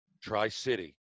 Tri-City